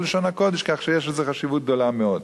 בלשון הקודש,